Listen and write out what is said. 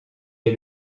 est